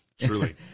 Truly